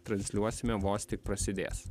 transliuosime vos tik prasidės